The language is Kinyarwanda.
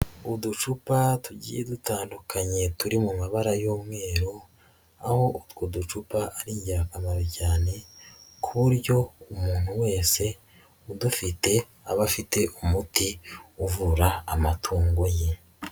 Uducupa tugiye dutandukanye turi mu mabara y'umweru, aho utwo ducupa ari ingirakamaro cyane, ku buryo umuntu wese udafite, aba afite umuti uvura amatungo ye.